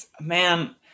man